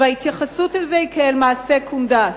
וההתייחסות לזה היא כאל מעשה קונדס.